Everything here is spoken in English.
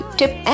tip